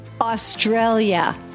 Australia